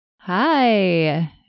Hi